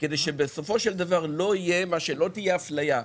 כדי שלא תהיה אפליה.